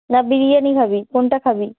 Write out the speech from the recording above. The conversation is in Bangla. না বিরিয়ানি খাবি কোনটা খাবি